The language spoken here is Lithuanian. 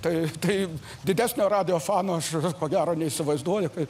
tai tai didesnio radiofono aš ko gero neįsivaizduoju kaip